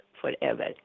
forever